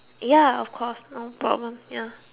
ya of course no problem ya